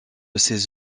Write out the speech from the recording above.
ces